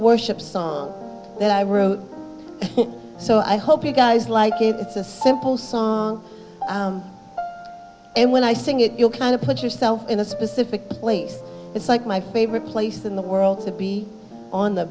worship song that i wrote so i hope you guys like it it's a simple song and when i sing it you'll kind of put yourself in a specific place it's like my favorite place in the world to be on the